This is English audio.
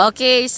Okay